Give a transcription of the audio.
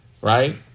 right